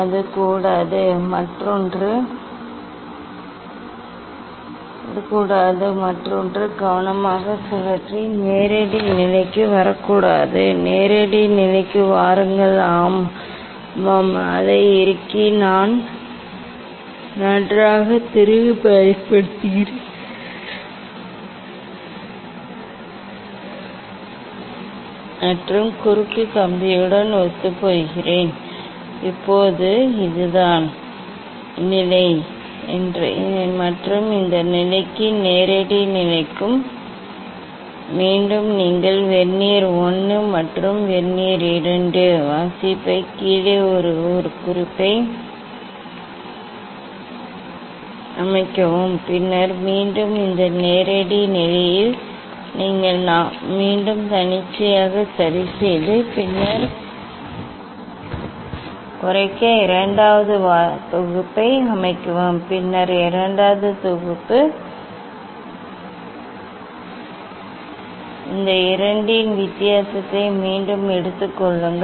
அது கூடாது மற்றொன்று கவனமாக சுழற்றி நேரடி நிலைக்கு வரக்கூடாது நேரடி நிலைக்கு வாருங்கள் ஆம் ஆமாம் நான் அதை இறுக்கி நன்றாக திருகு பயன்படுத்துகிறேன் மற்றும் குறுக்கு கம்பியுடன் ஒத்துப்போகிறேன் இப்போது இதுதான் நிலை மற்றும் இந்த நிலைக்கு நேரடி நிலைக்கு மீண்டும் நீங்கள் வெர்னியர் 1 மற்றும் வெர்னியர் 2 a வாசிப்பை கீழே 1 குறிப்பை அமைக்கவும் பின்னர் மீண்டும் இந்த நேரடி நிலையில் நீங்கள் மீண்டும் தன்னிச்சையாக சரிசெய்து பிழையை குறைக்க இரண்டாவது தொகுப்பை அமைக்கவும் பின்னர் இரண்டாவது தொகுப்பு இந்த 2 இன் வித்தியாசத்தை மீண்டும் எடுத்துக் கொள்ளுங்கள்